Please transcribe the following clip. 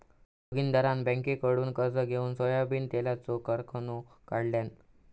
जोगिंदरान बँककडुन कर्ज घेउन सोयाबीन तेलाचो कारखानो काढल्यान